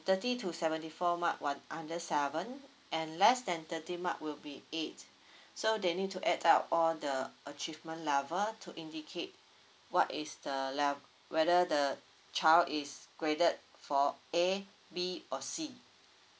thirty to seventy four mark [one] under seven and less than thirty mark will be eight so they need to add up all the achievement level to indicate what is the lev~ whether the child is graded for A B or C